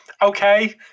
Okay